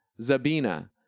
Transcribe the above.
Zabina